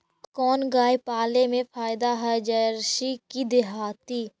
कोन गाय पाले मे फायदा है जरसी कि देहाती?